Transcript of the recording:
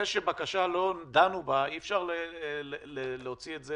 זה שלא דנו בבקשה, אי אפשר להוציא את זה